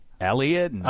Elliot